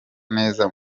neza